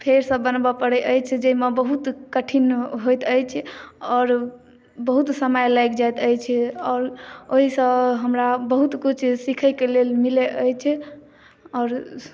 फेर सँ बनबए परै अछि जाहिमे बहुत कठिन होइत अछि आओर बहुत समय लागि जाइत अछि आओर ओहिसँ हमरा बहुत किछु सीखै के लेल मिलै अछि आओर